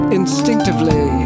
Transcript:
instinctively